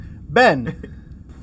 Ben